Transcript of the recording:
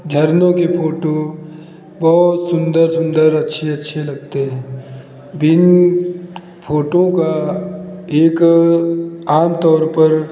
झरनों के फोटो बहुत सुंदर अच्छी अच्छे लगते हैं बिन फोटो का एक आम तौर पर